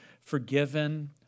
forgiven